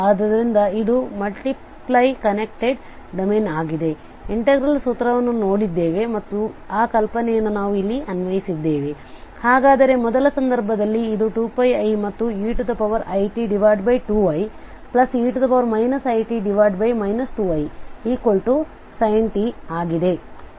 ಆದ್ದರಿಂದ ಇದು multiply connected domain ಆಗಿದೆ ನಾವು ಇಂಟೆಗ್ರಲ್ ಸೂತ್ರವನ್ನು ನೋಡಿದ್ದೇವೆ ಮತ್ತು ಆ ಕಲ್ಪನೆಯನ್ನು ನಾವು ಇಲ್ಲಿ ಅನ್ವಯಿಸಿದ್ದೇವೆ ಹಾಗಾದರೆ ಮೊದಲ ಸಂದರ್ಭದಲ್ಲಿ ಇದು 2πi ಮತ್ತು eit2ie it 2isin t ಆಗಿದೆ